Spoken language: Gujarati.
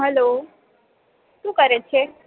હલો શું કરે છે